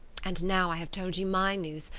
and now i have told you my news,